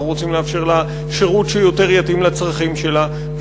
אנחנו רוצים לאפשר לה שירות שיתאים יותר לצרכים שלה,